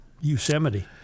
Yosemite